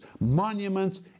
monuments